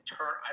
Turn